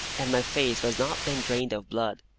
and my face was not then drained of blood.